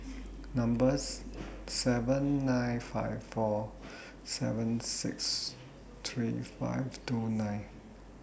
number's seven nine five four seven six three five two nine